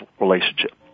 relationship